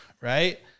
right